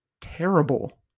terrible